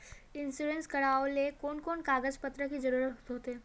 Insurance करावेल कोन कोन कागज पत्र की जरूरत होते?